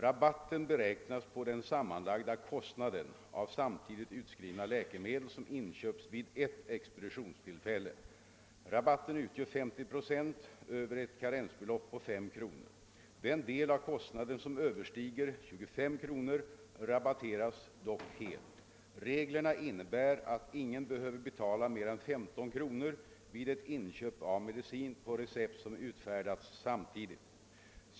Rabatten beräknas på den sammanlagda kostnaden av samtidigt förskrivna läkemedel som inköps vid ett expeditionstillfälle. Rabatten utgör 50 procent över ett karensbelopp på 5 kr. Den del av kostnaden som överstiger 25 kr. rabatteras dock helt. Reglerna innebär att ingen behöver betala mer än 15 kr. vid ett inköp av medicin på recept som utfärdats samtidigt.